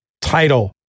title